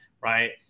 right